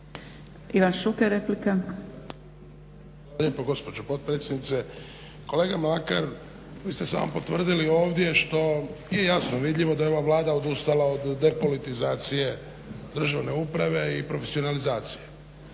Hvala lijepo gospođo potpredsjednice. Kolega Mlakar vi ste samo potvrdili ovdje što je jasno vidljivo da je ova Vlada odustala od depolitizacije državne uprave i profesionalizacije.